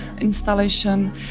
installation